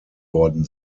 worden